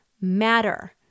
matter